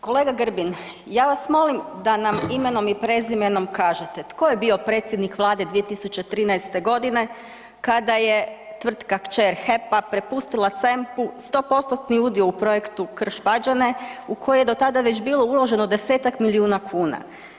Kolega Grbin, ja vas molim da nam imenom i prezimenom kažete tko je bio predsjednik vlade 2013.g. kada je tvrtka kćer HEP-a prepustila CEMP-u 100%-tni udio u projektu Krš-Pađene u koji je do tada već bilo uloženo 10-tak milijuna kuna?